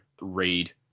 read